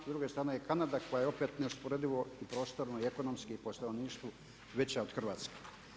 S druge strane je Kanada koja je opet neusporedivo i prostorno i ekonomski i po stanovništvu veća od Hrvatske.